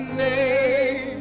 name